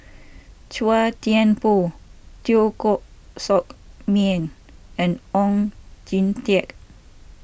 Chua Thian Poh Teo Koh Sock Miang and Oon Jin Teik